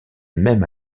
même